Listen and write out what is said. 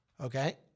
Okay